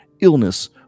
illness